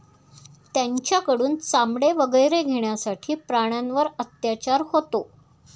त्यांच्याकडून चामडे वगैरे घेण्यासाठी प्राण्यांवर अत्याचार होतो